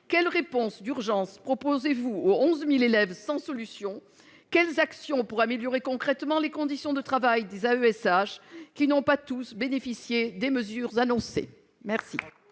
quelle réponse d'urgence proposez-vous aux 11 000 élèves sans solution ? Quelles actions pour améliorer concrètement les conditions de travail des AESH, qui n'ont pas tous bénéficié des mesures annoncées ?